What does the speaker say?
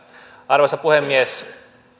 arvoisa puhemies